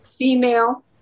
female